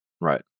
Right